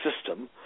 system